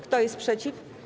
Kto jest przeciw?